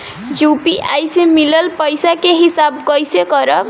UPI से मिलल पईसा के हिसाब कइसे करब?